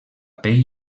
pell